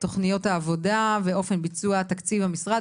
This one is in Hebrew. תכניות העבודה ואופן ביצוע תקציב המשרד,